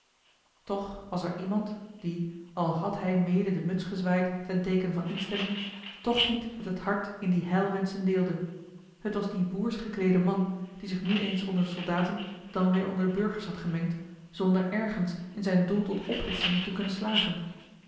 toch was er iemand die al had hij mede de muts gezwaaid ten teeken van instemming toch niet met het hart in die heilwenschen deelde het was die boersch gekleede man die zich nu eens onder de soldaten dan weêr onder de burgers had gemengd zonder ergens in zijn doel tot ophitsing te kunnen slagen